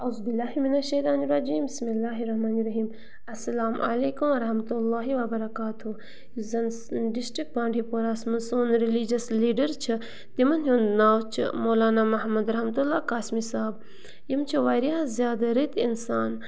اَعُوذُبِااللہِ مِنَ الشَیطان الرَجِیم بِسمِ اللّٰهِ الرَحمٰنِ الرَحِيم اسلام وعلیکُم ورحمتُہ اللہ وَبَرکاتُہ یُس زَن ڈِسٹِرٛک بانٛڈی پوراہَس منٛز سون ریٚلیٖجَس لیٖڈَر چھِ تِمَن ہُنٛد ناو چھُ مولانا محمد رحمتُ اللہ قاسمی صٲب یِم چھِ واریاہ زیادٕ رٕتۍ اِنسان